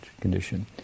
condition